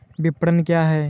विपणन क्या है?